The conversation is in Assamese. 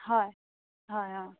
হয় হয় অ